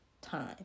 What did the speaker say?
time